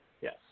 Yes